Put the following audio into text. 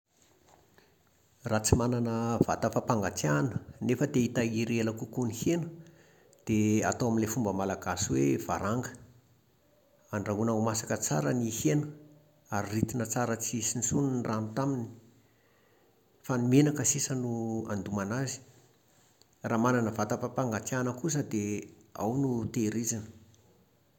Raha tsy manana vata fampangatsiahana, nefa te-hitahiry ela kokoa ny hena, dia atao amin'ilay fomba malagasy hoe varanga. Andrahoina ho masaka tsara ny hena ary ritina tsara tsy hisy intsony ny rano taminy fa ny menaka sisa no andomana azy. Raha manana vata fampangatsiahana kosa dia ao no tehirizina,